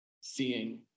seeing